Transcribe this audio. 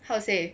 how to say